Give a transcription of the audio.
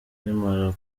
nkimara